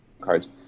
cards